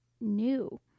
new